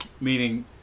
Meaning